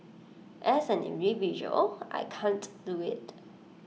as an individual I can't do IT